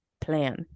plan